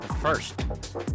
First